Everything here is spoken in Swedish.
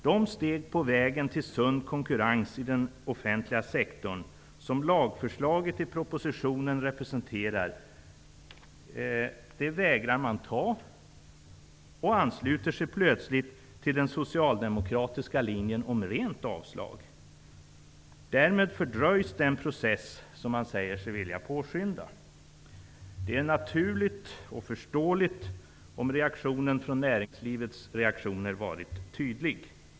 De steg på vägen till sund konkurrens i den offentliga sektorn som lagförslaget i propositionen representerar vägrar man ta, och man ansluter sig plötsligt till den socialdemokratiska linjen om rent avslag. Därmed fördröjs den process som man säger sig vilja påskynda. Det är naturligt och föreståeligt om reaktionen från näringslivets organisationer varit tydlig.